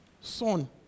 son